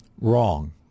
Wrong